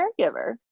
caregiver